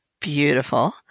beautiful